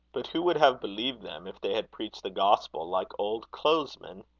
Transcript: but who would have believed them if they had preached the gospel like old clothesmen?